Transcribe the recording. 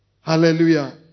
Hallelujah